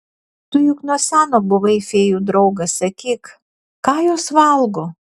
tu juk nuo seno buvai fėjų draugas sakyk ką jos valgo